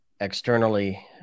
externally